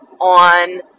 on